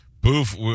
Boof